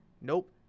nope